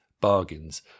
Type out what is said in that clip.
bargains